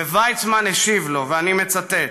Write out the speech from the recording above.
וויצמן השיב לו, ואני מצטט: